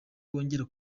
bongera